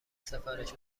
سفارش